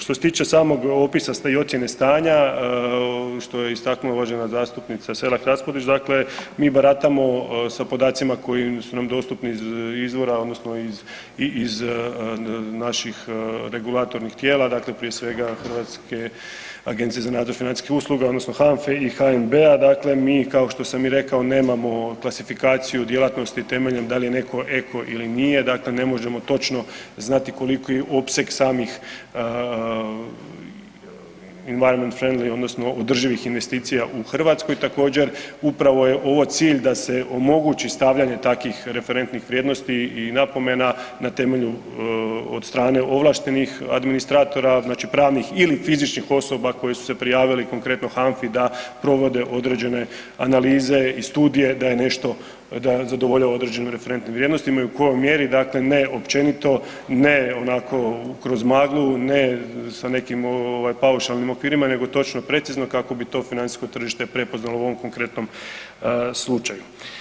Što se tiče samog opisa i ocjene stanja, što je istaknula uvažena zastupnica Selak Raspudić, dakle mi baratamo sa podacima koji su nam dostupni iz izvora odnosno i iz naših regulatornih tijela, dakle prije svega Hrvatske agencije za nadzor financijskih usluga odnosno HANFA-e i HNB-a, dakle mi kao što sam i rekao, nemamo klasifikaciju djelatnosti temeljem da li je netko eko ili nije, dakle ne možemo točno znati koliki je opseg samih environment friendly odnosno održivih investicija u Hrvatskoj, također upravo je ovo cilj da se omogući stavljanje takvih referentnih vrijednosti i napomena na temelju od strane ovlaštenih administratora, znači pravnih li fizičkih osoba koje su se prijavili konkretno HANFA-i da provode određene analize i studije da zadovoljava određenu referentnu vrijednost, imaju po mjeri, dakle ne općenito, ne onako kroz maglu, ne sa nekim paušalnim okvirima nego točno precizno kako bi to financijsko tržište prepoznalo u ovom konkretnom slučaju.